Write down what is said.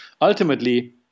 ultimately